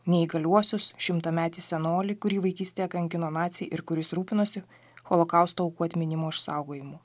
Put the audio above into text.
neįgaliuosius šimtametį senolį kurį vaikystėje kankino naciai ir kuris rūpinosi holokausto aukų atminimo išsaugojimu